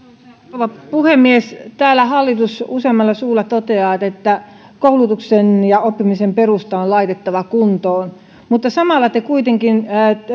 rouva puhemies täällä hallitus useammalla suulla toteaa että että koulutuksen ja oppimisen perusta on laitettava kuntoon mutta samalla te kuitenkin